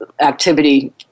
activity